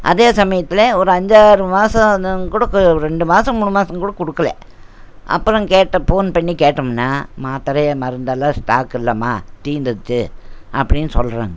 அதே சமையத்தில் ஒரு அஞ்சாறு மாதம் கூட ரெண்டு மாதம் மூணு மாதம் கூட கொடுக்கல அப்புறம் கேட்டோம் ஃபோன் பண்ணி கேட்டோமுன்னா மாத்திரை மருந்தெல்லாம் ஸ்டாக் இல்லைம்மா தீந்துடுச்சி அப்படின்னு சொல்கிறாங்க